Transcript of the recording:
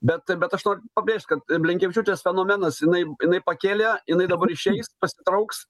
bet bet aš noriu pabrėžt kad blinkevičiūtės fenomenas jinai jinai pakėlė jinai dabar išeis pasitrauks